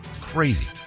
Crazy